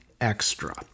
extra